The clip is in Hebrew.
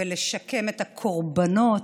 ולשקם את הקורבנות,